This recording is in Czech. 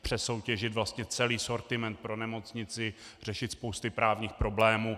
Přesoutěžit vlastně celý sortiment pro nemocnici, řešit spousty právních problémů.